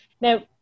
Now